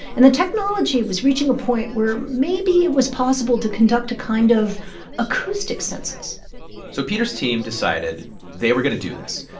and the technology was reaching a point where maybe it was possible to conduct a kind of acoustic census so peter's team decided they were going to do this.